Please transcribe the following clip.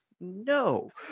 no